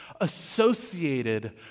associated